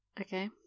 Okay